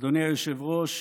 אדוני היושב-ראש,